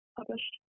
published